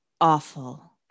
awful